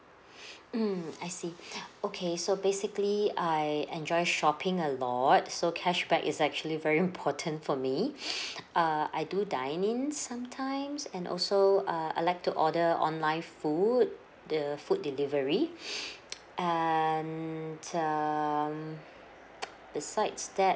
mm I see okay so basically I enjoy shopping a lot so cashback is actually very important for me err I do dine in sometimes and also uh I like to order online food the food delivery and um besides that